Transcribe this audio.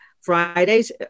Fridays